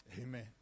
Amen